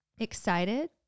Excited